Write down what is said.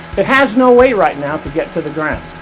it has no way right now to get to the ground.